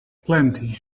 plenty